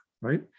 right